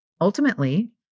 ultimately